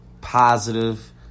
positive